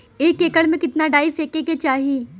एक एकड़ में कितना डाई फेके के चाही?